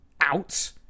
out